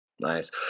nice